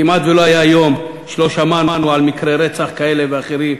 כמעט לא היה יום שלא שמענו בו על מקרי רצח כאלה ואחרים,